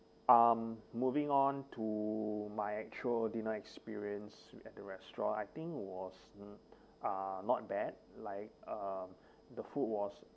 um moving on to my actual dinner experience at the restaurant I think was uh not bad like the food was